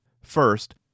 First